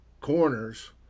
corners